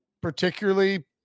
particularly